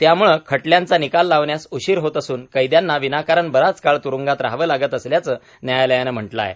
यामुळे खटल्यांचा निकाल लागण्यास उशीर होत असून कैद्यांना विनाकारण बराच काळ तुरूंगात रहावं लागत असल्याचं न्यायालयानं म्हटलं आहे